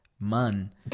Man